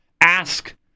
ask